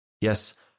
Yes